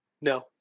No